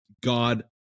God